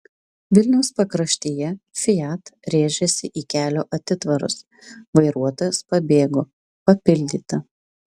vilniaus pakraštyje fiat rėžėsi į kelio atitvarus vairuotojas pabėgo papildyta